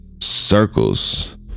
Circles